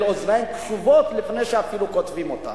אוזניים קשובות לפני שאפילו כותבים אותה.